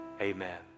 amen